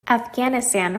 afghanistan